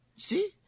See